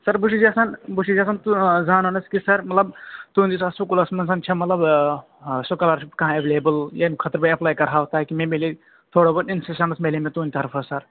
سَر بہٕ چھُس یَژھان بہٕ چھُس یَژھان زانُن حظ کہِ سَر مطلب تُہِنٛدِس اَتھ سکوٗلَس منٛز چھا مطلب سُکالَرشِپ کانٛہہ ایٚولیبٕل ییٚمہِ خٲطرٕ مےٚ ایٚپلاے کَرٕہاو تاکہِ مےٚ مِلہِ تھوڑا بہت اِنسٮ۪شَنٕز میلہِ ہے مےٚ تُہٕنٛدِ طرفہٕ سَر